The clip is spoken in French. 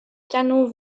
canot